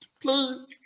please